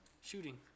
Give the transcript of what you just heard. Shooting